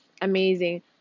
amazing